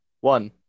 one